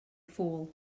fool